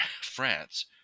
france